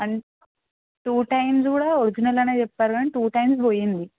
and two times కూడా original అనే చెప్పారు కానీ టూ టైమ్స్ పోయింది